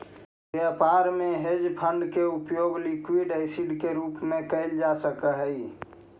व्यापार में hedge fund के उपयोग लिक्विड एसिड के रूप में कैल जा सक हई